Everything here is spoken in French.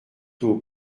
tôt